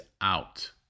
out